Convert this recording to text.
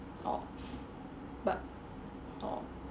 oh but oh